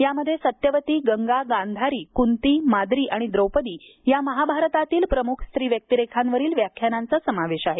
यामध्ये सत्यवती गंगा गांधारी कुन्ती माद्री आणि द्रौपदी या महाभारतातील प्रमुख स्त्री व्यक्तिरेखांवरील व्याख्यानांचा समावेश आहे